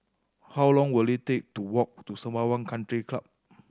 how long will it take to walk to Sembawang Country Club